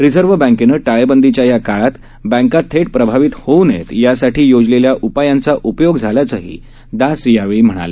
reserve बँकेनं टाळेबंदीच्या या काळामधे बँका थेट प्रभावित होऊ नयेत यासाठी योजलेल्या उपायांचा उपयोग झाल्याचं दास यावेळी म्हणाले